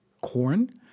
Corn